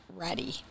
ready